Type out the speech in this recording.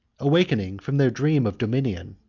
awakening from their dream of dominion,